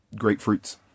grapefruits